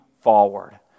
forward